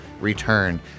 return